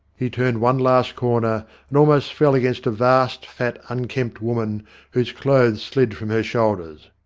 he turned one last corner and almost fell against a vast, fat, unkempt woman whose clothes slid from her shoulders.